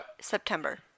September